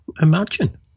Imagine